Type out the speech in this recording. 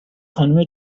خانم